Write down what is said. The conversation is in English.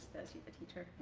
she's a teacher.